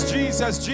Jesus